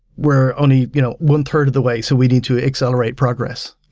we're only you know one third of the way, so we need to accelerate progress.